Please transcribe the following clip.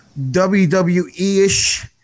WWE-ish